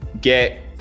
get